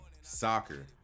soccer